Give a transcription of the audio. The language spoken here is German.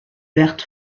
wird